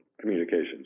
communications